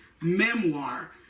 memoir